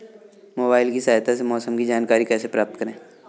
Mobile की सहायता से मौसम की जानकारी कैसे प्राप्त करें?